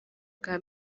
bwa